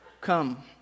Come